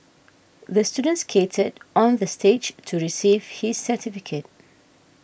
the student skated on the stage to receive his certificate